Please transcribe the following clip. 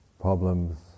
problems